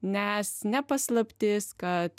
nes ne paslaptis kad